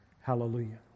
Hallelujah